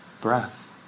breath